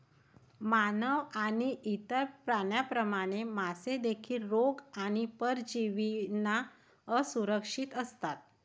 मानव आणि इतर प्राण्यांप्रमाणे, मासे देखील रोग आणि परजीवींना असुरक्षित असतात